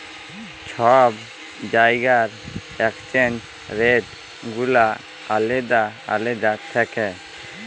ছব জায়গার exchange rate গুলা আলেদা আলেদা থ্যাকে